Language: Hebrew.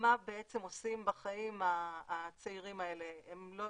מה בעצם עושים בחיים הצעירים האלה, הם לא